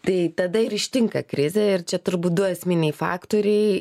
tai tada ir ištinka krizė ir čia turbūt du esminiai faktoriai